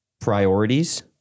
priorities